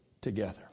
together